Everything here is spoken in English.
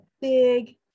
big